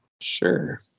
Sure